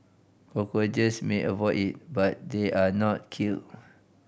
cockroaches may avoid it but they are not killed